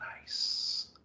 nice